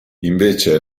invece